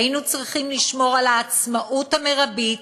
היינו צריכים לשמור על העצמאות המרבית